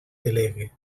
delegue